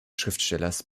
schriftstellers